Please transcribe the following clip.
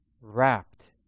wrapped